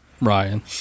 Ryan